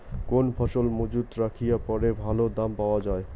কোন ফসল মুজুত রাখিয়া পরে ভালো দাম পাওয়া যায়?